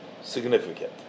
significant